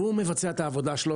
והוא מבצע את העבודה שלו,